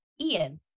Ian